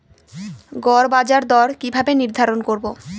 গড় বাজার দর কিভাবে নির্ধারণ করব?